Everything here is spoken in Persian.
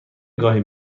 گاهی